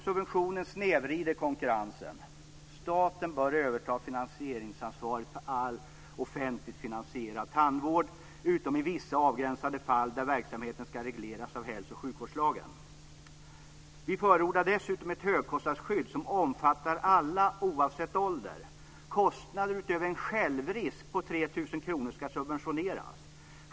Subventionerna snedvrider konkurrensen. Staten bör överta finansieringsansvaret för all offentligt finansierad tandvård, utom i vissa avgränsade fall där verksamheten ska regleras av hälso och sjukvårdslagen. Vi förordar dessutom ett högkostnadsskydd som omfattar alla oavsett ålder. Kostnader utöver en självrisk på 3 000 kr ska subventioneras.